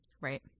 Right